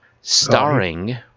starring